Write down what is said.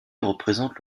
représente